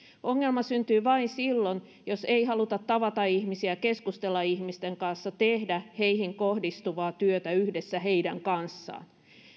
ongelma syntyy vain silloin jos ei haluta tavata ihmisiä keskustella ihmisten kanssa tehdä heihin kohdistuvaa työtä yhdessä heidän kanssaan